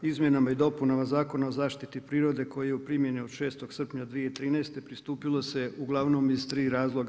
Izmjenama i dopunama Zakona o zaštiti prirode koji je u primjeni od 6. srpnja 2013. pristupilo se uglavnom iz 3 razloga.